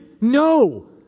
No